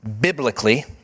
biblically